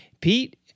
Pete